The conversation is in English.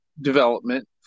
Development